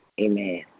Amen